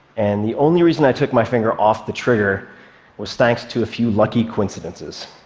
and the only reason i took my finger off the trigger was thanks to a few lucky coincidences.